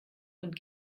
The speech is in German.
und